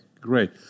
great